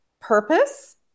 purpose